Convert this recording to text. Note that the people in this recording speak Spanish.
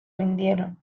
rindieron